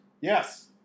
Yes